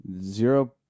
Zero